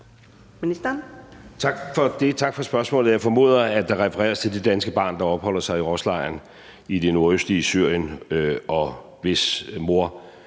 (Lars Løkke Rasmussen): Tak for spørgsmålet. Jeg formoder, at der refereres til det danske barn, der opholder sig i al-Roj-lejren i det nordøstlige Syrien, hvis mor